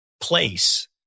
place